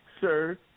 sir